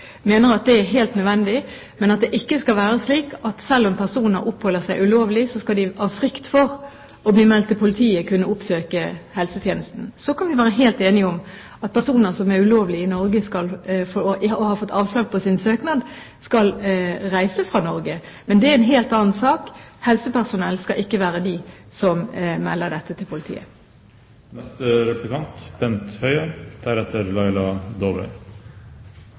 mener at det er helt nødvendig, men at det ikke skal være slik at personer som oppholder seg ulovlig, av frykt for å bli meldt til politiet ikke skal kunne oppsøke helsetjenesten. Så kan vi være helt enige om at personer som er ulovlig i Norge – og har fått avslag på sin søknad – skal reise fra landet. Men det er en helt annen sak. Helsepersonell skal ikke være dem som melder dette til